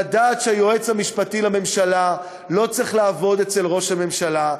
לדעת שהיועץ המשפטי לממשלה לא צריך לעבוד אצל ראש הממשלה,